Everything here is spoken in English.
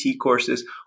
courses